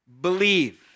believe